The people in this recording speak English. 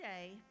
today